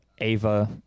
Ava